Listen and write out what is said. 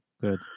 Good